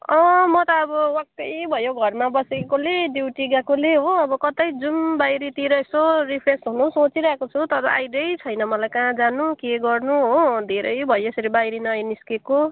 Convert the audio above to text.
म त अब वाक्कै भयो घरमा बसेकोले ड्युटी गएकोले हो अब कतै जाउँ बाहिरतिर यसो रिफ्रेस हुनु सोचिरहेको छु तर आइडियै छैन मलाई कहाँ जानु के गर्नु हो धेरै भयो यसरी बाहिर ननिस्केको